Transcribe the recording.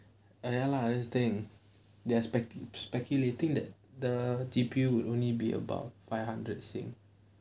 ah ya lah that's the thing they expect speculating that the G_P_U would only be about five hundred singapore